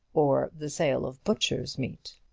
or the sale of butcher's meat.